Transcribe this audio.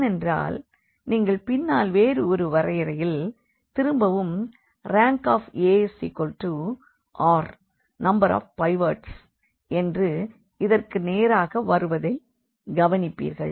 ஏனென்றால் நீங்கள் பின்னால் வேறு ஒரு வரையறையில் திரும்பவும் Rank r என்று இதற்கு நேராக வருவதை கவனிப்பீர்கள்